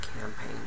campaign